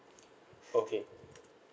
okay